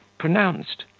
pronounced,